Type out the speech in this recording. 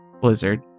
Blizzard